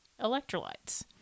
electrolytes